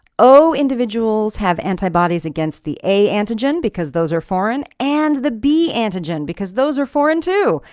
o individuals have antibodies against the a antigen, because those are foreign, and the b antigen because those are foreign too.